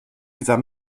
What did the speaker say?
dieser